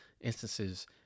instances